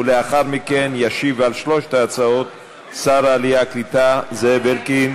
ולאחר מכן ישיב על שלוש ההצעות שר העלייה והקליטה זאב אלקין,